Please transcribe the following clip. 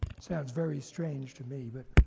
sounds very strange to me, but